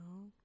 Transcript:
No